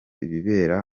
ibibera